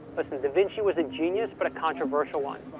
but da vinci was a genius but a controversial one.